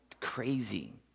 crazy